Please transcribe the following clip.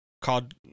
called